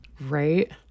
Right